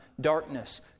darkness